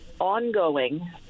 ongoing